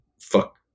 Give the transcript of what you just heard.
Fuck